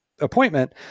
appointment